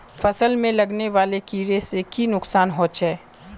फसल में लगने वाले कीड़े से की नुकसान होचे?